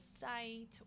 site